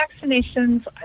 vaccinations